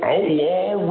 Outlaw